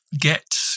get